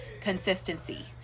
consistency